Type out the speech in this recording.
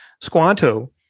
Squanto